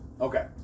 Okay